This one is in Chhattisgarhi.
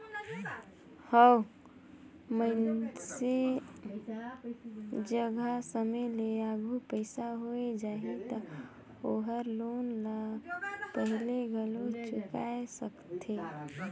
मइनसे जघा समे ले आघु पइसा होय जाही त ओहर लोन ल पहिले घलो चुकाय सकथे